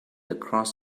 across